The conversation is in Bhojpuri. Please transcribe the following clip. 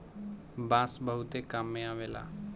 बांस बहुते काम में अवेला